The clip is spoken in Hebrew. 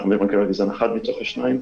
אנחנו מדברים כרגע על זן אחד מתוך השניים.